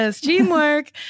Teamwork